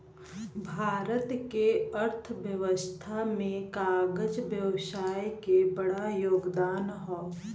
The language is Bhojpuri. भारत क अर्थव्यवस्था में कागज व्यवसाय क बड़ा योगदान हौ